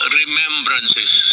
remembrances